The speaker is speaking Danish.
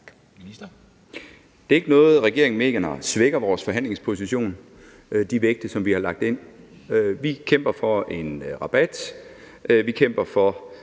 Det er ikke noget, regeringen mener svækker vores forhandlingsposition, altså de vægte, som vi har lagt ind. Vi kæmper for en rabat; vi kæmper for